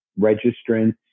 registrants